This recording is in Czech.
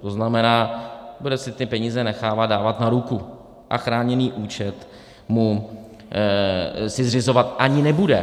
To znamená, bude si peníze nechávat dávat na ruku a chráněný účet si zřizovat ani nebude.